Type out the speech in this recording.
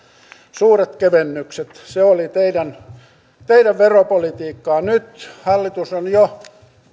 suuret kevennykset se oli teidän teidän veropolitiikkaanne nyt hallitus on jo